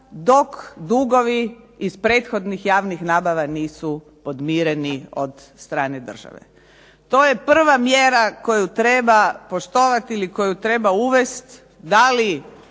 dok dugovi iz prethodnih javnih nabava nisu podmireni od strane države. To je prva mjera koju treba poštovati ili koju treba uvesti da li